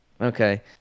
Okay